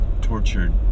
tortured